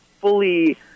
fully